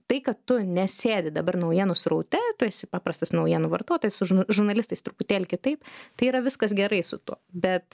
tai kad tu nesėdi dabar naujienų sraute tu esi paprastas naujienų vartotojas žurnalistais truputėlį kitaip tai yra viskas gerai su tuo bet